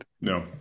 No